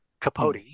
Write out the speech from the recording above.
Capote